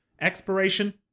Expiration